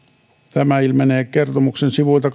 tämä ilmenee kertomuksen sivuilta